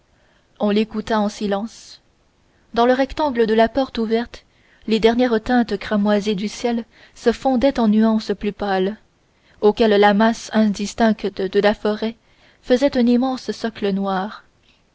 on l'écouta en silence dans le rectangle de la porte ouverte les dernières teintes cramoisies du ciel se fondaient en nuances plus pâles auxquelles la masse indistincte de la forêt faisait un immense socle noir